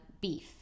beef